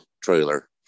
trailer